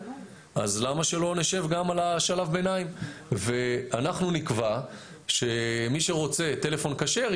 אז למה שלא נשב גם על שלב הביניים ואנחנו נקבע שמי שרוצה טלפון כשר,